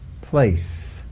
place